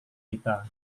kita